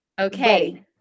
Okay